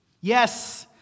Yes